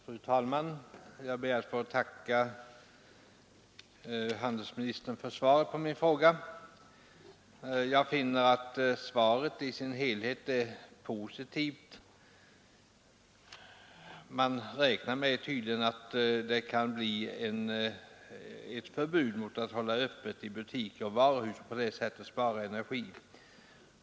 Fru talman! Jag ber att få tacka handelsministern för svaret på min enkla fråga. Jag finner att svaret i sin helhet är positivt. Man räknar tydligen med att det kan bli ett förbud mot visst öppethållande i butiker och varuhus för att på det sättet spara energi.